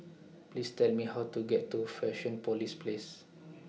Please Tell Me How to get to Fusionopolis Place